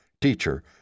teacher